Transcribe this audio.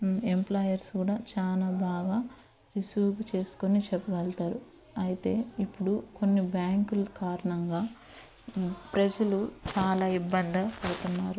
employers కూడా చాలా బాగా రిసీవ్ చేసుకుని చెప్పగలుగుతారు అయితే ఇప్పుడు కొన్ని బ్యాంకుల కారణంగా ప్రజలు చాలా ఇబ్బంది పడుతున్నారు